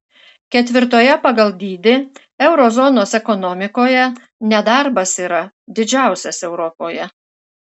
ketvirtoje pagal dydį euro zonos ekonomikoje nedarbas yra didžiausias europoje